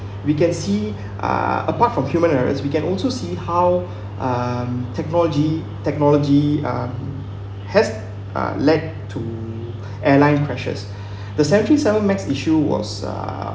we can see uh apart from human errors we can also see how um technology technology uh has uh led to airline crashes the seventy-seven max issue was uh